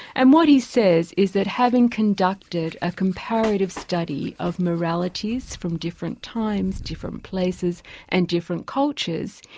and what he says is that having conducted a comparative study of moralities from different times, different places and different cultures,